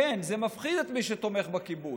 כן, זה מפחיד את מי שתומך בכיבוש.